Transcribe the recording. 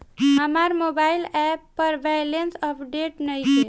हमार mobile app पर balance update नइखे